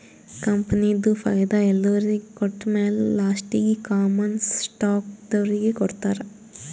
ಕಂಪನಿದು ಫೈದಾ ಎಲ್ಲೊರಿಗ್ ಕೊಟ್ಟಮ್ಯಾಲ ಲಾಸ್ಟೀಗಿ ಕಾಮನ್ ಸ್ಟಾಕ್ದವ್ರಿಗ್ ಕೊಡ್ತಾರ್